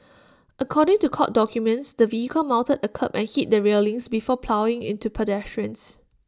according to court documents the vehicle mounted A kerb and hit the railings before ploughing into pedestrians